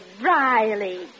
Riley